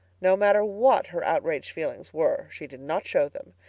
no matter what her outraged feelings were she did not show them.